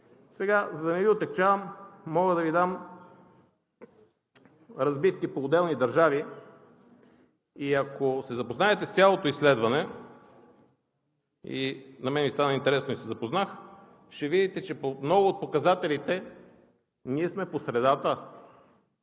За да не Ви отегчавам, мога да Ви дам разбивки по отделни държави. Ако се запознаете с цялото изследване – на мен ми стана интересно и се запознах, ще видите, че по много от показателите ние сме по-средата,